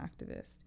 activist